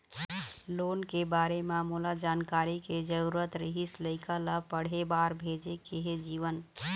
loan के बारे म मोला जानकारी के जरूरत रीहिस, लइका ला पढ़े बार भेजे के हे जीवन